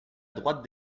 droite